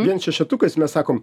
vien šešetukais mes sakom